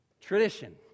tradition